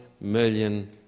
million